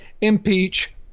Impeach